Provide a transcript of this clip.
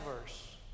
verse